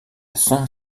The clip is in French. saint